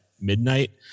midnight